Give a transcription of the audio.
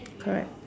correct